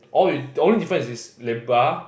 all the only difference is this Lebar